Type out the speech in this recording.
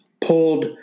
pulled